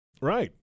Right